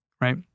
right